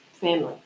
family